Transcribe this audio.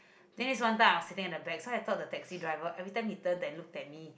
then is one time I was sitting at the back so I thought the driver everytime he turn and look at me